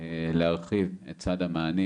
להרחיב את סד המענים,